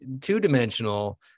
two-dimensional